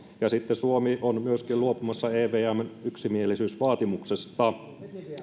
ja suomi on myöskin luopumassa evmn yksimielisyysvaatimuksesta